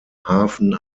hafen